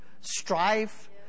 Strife